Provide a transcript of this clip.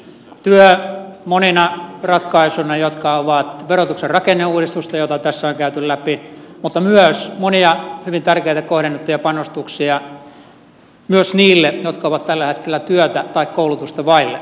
työ näkyy monina ratkaisuina jotka ovat verotuksen rakenneuudistusta jota tässä on käyty läpi mutta on myös monia hyvin tärkeitä kohdennettuja panostuksia myös niille jotka ovat tällä hetkellä työtä tai koulutusta vaille